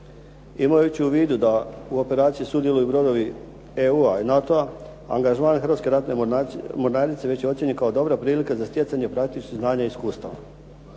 Imajući u vidu da u operaciju sudjeluju brodovi EU-a i NATO-a, angažman Hrvatske ratne mornarice već je ocijenjen kao dobra prilika za stjecanje … /Govornik se